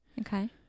Okay